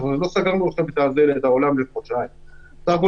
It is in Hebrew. לא סגרנו את העולם לחודשיים.